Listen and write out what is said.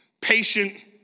Patient